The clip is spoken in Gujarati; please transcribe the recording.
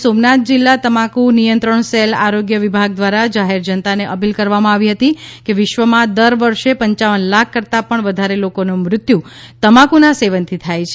ગીર સોમનાથ જીલ્લા તમાકુ નિયંત્રણ સેલ આરોગ્ય વિભાગ દ્વારા જાહેર જનતાને અપીલ કરવામાં આવી હતી કે વિશ્વમાં દર વર્ષે પપ લાખ કરતા પણ વધારે લોકોનું મૃત્યુ તમાકુના સેવન થી થાય છે